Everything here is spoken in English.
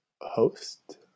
host